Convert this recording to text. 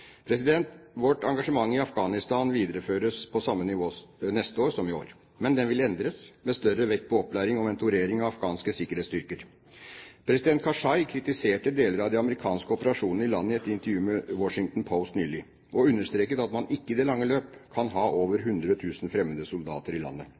Vårt engasjement i Afghanistan videreføres på samme nivå neste år som i år. Men den vil endres med større vekt på opplæring og mentorering av afghanske sikkerhetsstyrker. President Karzai kritiserte deler av de amerikanske operasjonene i landet i et intervju med Washington Post nylig og understreket at man ikke i det lange løp kan ha over 100 000 fremmede soldater i landet.